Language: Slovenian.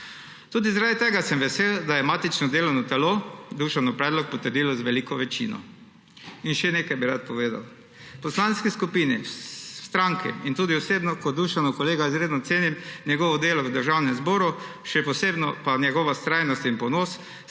Tudi zaradi tega sem vesel, da je matično delovno telo Dušanov predlog potrdilo z veliko večino. In še nekaj bi rad povedal. V poslanski skupini stranke in tudi osebno kot Dušanov kolega izredno cenim njegovo delo v Državnem zboru, še posebej pa njegova vztrajnost in ponos,